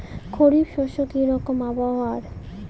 খরিফ শস্যে কি রকম আবহাওয়ার?